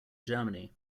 germany